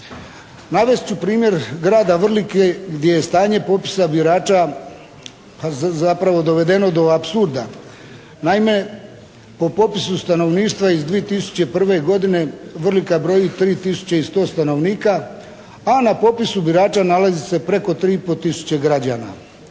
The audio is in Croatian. Navest ću primjer grada Vrlike gdje je stanje popisa birača zapravo dovedeno do apsurda. Naime po popisu stanovništva iz 2001. godine Vrlika broji 3100 stanovnika, a na popisu birača nalazi se preko 3 i